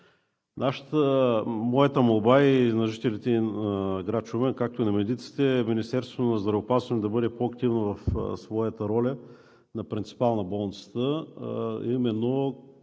Моята молба, на жителите на град Шумен, както и на медиците е Министерството на здравеопазването да бъде по-активно в своята роля на принципал на болницата,